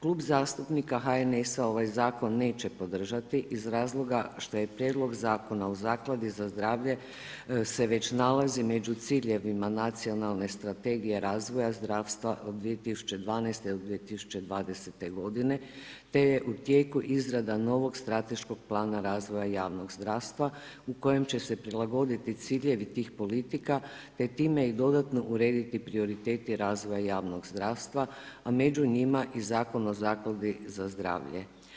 Klub zastupnika HNS-a ovaj zakon neće podržati iz razloga šta je Prijedlog zakona o Zakladi za zdravlje se već nalazi među ciljevima Nacionalne strategije razvoja zdravstva od 2012. do 2020. godine te je u tijeku izrada novog strateškog plana razvoja javnog zdravstva u kojem će se prilagoditi ciljevi tih politika te time i dodatno urediti prioritete razvoja javnog zdravstva, a među njima i Zakon o zakladi za zdravlje.